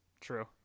True